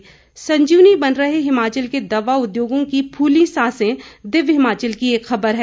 संजीवनी बन रहे हिमाचल के दवा उद्योगों की फूलीं सांसें दिव्य हिमाचल की एक खबर है